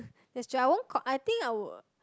there's true I won~ I think I would